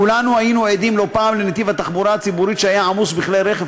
כולנו היינו עדים לא פעם לנתיב תחבורה ציבורית עמוס בכלי רכב